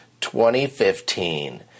2015